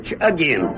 again